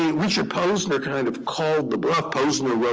richard posner kind of called the bluff. posner